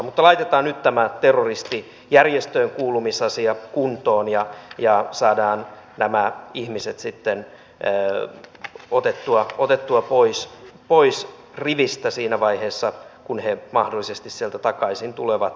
mutta laitetaan nyt tämä terroristijärjestöönkuulumisasia kuntoon ja saadaan nämä ihmiset sitten otettua pois rivistä siinä vaiheessa kun he mahdollisesti sieltä takaisin tulevat